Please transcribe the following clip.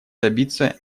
добиться